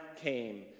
came